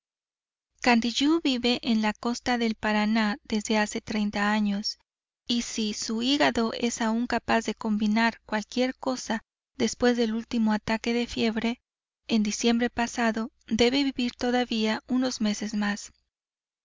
vive en la costa del paraná desde hace treinta años y si su hígado es aún capaz de combinar cualquier cosa después del último ataque de fiebre en diciembre pasado debe vivir todavía unos meses más